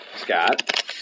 Scott